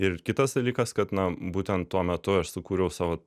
ir kitas dalykas kad na būtent tuo metu aš sukūriau savo